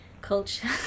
culture